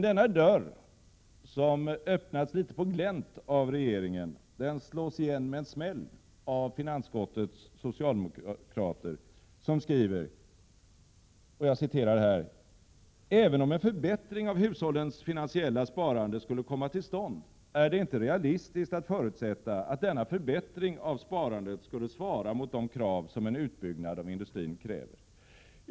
Denna dörr, som öppnats litet på glänt av regeringen, slås dock igen med en smäll av finansutskottets socialdemokrater, som skriver: ”Även om en förbättring av hushållens finansiella sparande skulle komma till stånd är det inte realistiskt att förutsätta att denna förbättring av sparandet skulle svara mot de krav som en utbyggnad av industrin kräver.